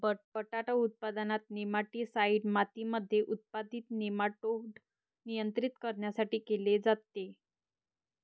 बटाटा उत्पादनात, नेमाटीसाईड मातीमध्ये उत्पादित नेमाटोड नियंत्रित करण्यासाठी केले जाते